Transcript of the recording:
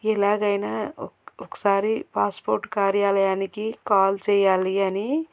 ఎలాగైనా ఒకసారి పాస్పోర్ట్ కార్యాలయానికి కాల్ చేయాలి అని